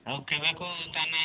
ଆଉ କେବେକୁ ତାନେ